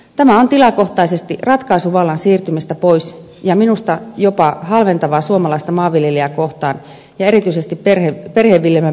tämä on tilakohtaisesti ratkaisu vallan siirtymisestä pois ja minusta jopa halventavaa suomalaista maanviljelijää kohtaan ja erityisesti perheviljelmän periaatteidenkin vastaista